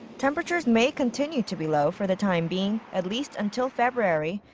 temperatures may continue to be low for the time being, at least until february,